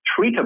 treatable